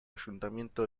ayuntamiento